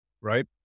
right